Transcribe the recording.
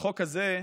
החוק הזה,